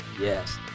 Yes